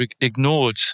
ignored